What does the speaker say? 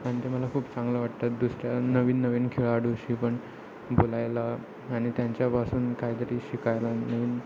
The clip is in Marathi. आणि ते मला खूप चांगलं वाटतं दुसऱ्या नवीन नवीन खेळाडूशी पण बोलायला आणि त्यांच्यापासून काहीतरी शिकायला नी